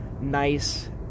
nice